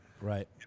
right